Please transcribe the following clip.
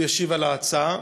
ישיב על ההצעה,